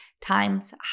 times